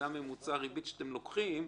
זה ממוצע הריבית שאתם לוקחים,